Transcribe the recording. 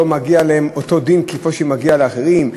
לא מגיע להם אותו דין כפי שמגיע לאחרים?